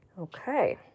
Okay